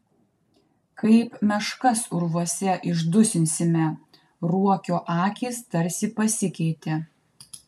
kaip meškas urvuose išdusinsime ruokio akys tarsi pasikeitė